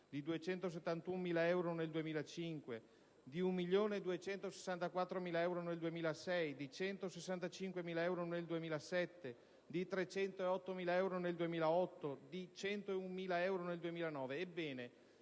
di 271.000 euro nel 2005, di 1.264.000 euro nel 2006, di 165.000 euro nel 2007, di 308.000 euro nel 2008 e di 101.000 euro nel 2009.